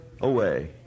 away